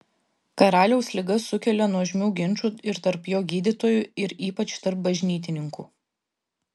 karaliaus liga sukelia nuožmių ginčų ir tarp jo gydytojų ir ypač tarp bažnytininkų